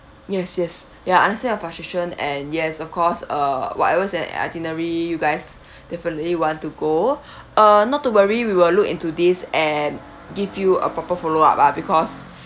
yes yes ya understand your frustration and yes of course uh whatever's in the itinerary you guys definitely want to go uh not to worry we will look into this and give you a proper follow-up lah because